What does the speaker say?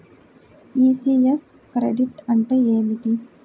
ECS credit అంటే ఏమిటి?